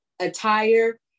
attire